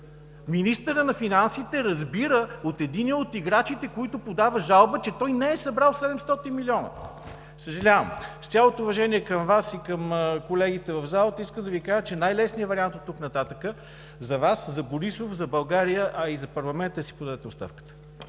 Министърът на финансите разбира от единия от играчите, който подава жалба, че той не е събрал 700 милиона. Съжалявам! С цялото уважение към Вас и към колегите в залата искам да Ви кажа, че най-лесният вариант оттук нататък за Вас, за Борисов, за България, а и за парламента е да си подадете оставката.